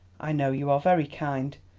i know you are very kind.